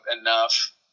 enough